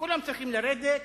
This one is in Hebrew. כולם צריכים לרדת